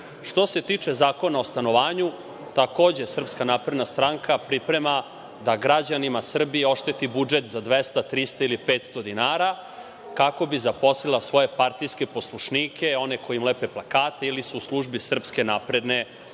se tiče zakona o stanovanju, takođe SNS priprema da građanima Srbije ošteti budžet za 200, 300 ili 500 dinara kako bi zaposlila svoje partijske poslušnike, one koji im lepe plakate ili su u službi SNS. No dobro, kako